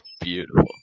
beautiful